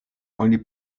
oni